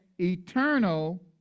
eternal